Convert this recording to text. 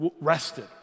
rested